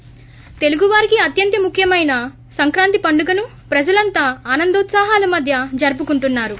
ి తెలుగువారికి అత్యంత ముఖ్యమైన సంక్రాంతి పండుగను ప్రజలంతా ఆనందోత్సాహాల మధ్య జరుపుకుంటున్నారు